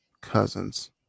Cousins